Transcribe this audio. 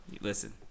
listen